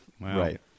Right